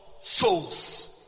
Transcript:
souls